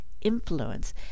influence